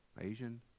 Asian